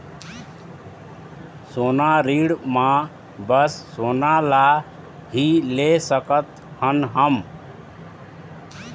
सोना ऋण मा बस सोना ला ही ले सकत हन हम?